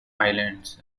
islands